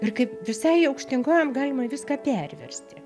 ir kaip visai aukštyn kojom galima viską perversti